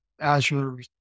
Azure